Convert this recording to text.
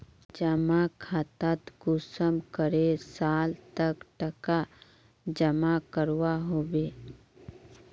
जमा खातात कुंसम करे साल तक टका जमा करवा होबे?